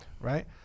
Right